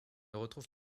retrouve